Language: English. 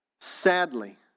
Sadly